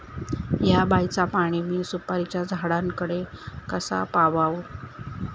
हया बायचा पाणी मी सुपारीच्या झाडान कडे कसा पावाव?